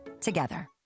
together